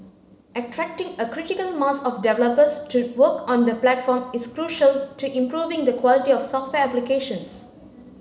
attracting a critical mass of developers to work on the platform is crucial to improving the quality of software applications